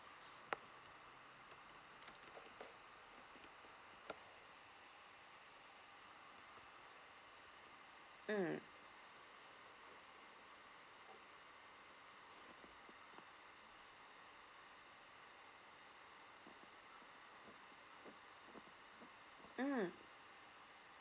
mm mm